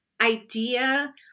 idea